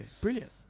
Brilliant